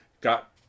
got